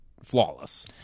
Flawless